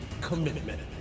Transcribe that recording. commitment